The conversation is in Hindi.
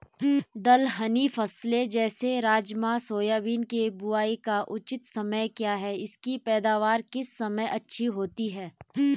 दलहनी फसलें जैसे राजमा सोयाबीन के बुआई का उचित समय क्या है इसकी पैदावार किस समय अच्छी होती है?